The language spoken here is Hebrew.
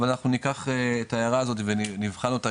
אבל אנחנו ניקח את ההערה הזאת ונבחן אותה